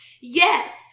Yes